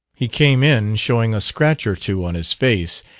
he came in showing a scratch or two on his face,